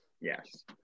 Yes